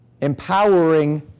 empowering